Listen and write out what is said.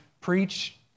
preach